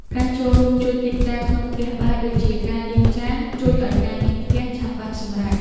ការចូលរួមជួយកិច្ចការក្នុងផ្ទះបាយដូចជាការលាងចានជួយឱ្យការងារផ្ទះឆាប់បានសម្រេច។